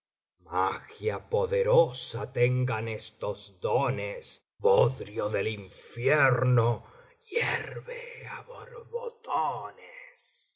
magia poderosa tengan estos dones bodrio del infierno hierve á borbotones